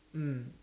mm